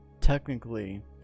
technically